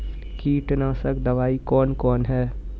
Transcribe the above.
कीटनासक दवाई कौन कौन हैं?